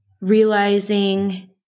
realizing